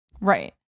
Right